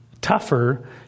tougher